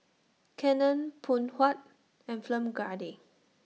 Canon Phoon Huat and Film Grade